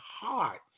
hearts